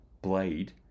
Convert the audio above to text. blade